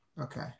Okay